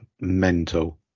mental